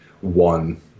one –